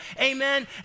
Amen